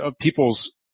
people's